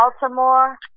Baltimore